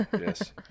yes